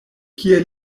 kie